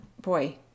boy